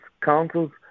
Councils